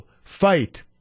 fight